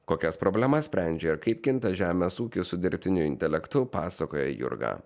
kokias problemas sprendžia ir kaip kinta žemės ūkis su dirbtiniu intelektu pasakoja jurga